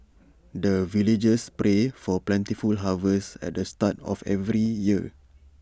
the villagers pray for plentiful harvest at the start of every year